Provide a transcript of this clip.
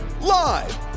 Live